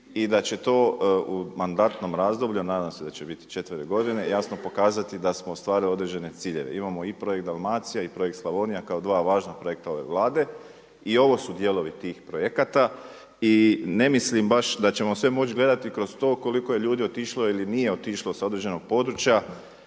i da će to u mandatnom razdoblju nadam se da će biti četiri godine jasno pokazati da smo ostvarili određene ciljeve. Imamo i projekt Dalmacija i projekt Slavonija kao dva važna projekta ove Vlade. I ovo su dijelovi tih projekata. I ne mislim baš da ćemo sve moći gledati kroz to koliko je ljudi otišlo ili nije otišlo sa određenog područja